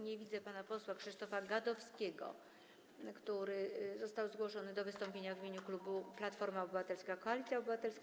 Nie widzę pana posła Krzysztofa Gadowskiego, który został zgłoszony do wystąpienia w imieniu klubu Platforma Obywatelska - Koalicja Obywatelska.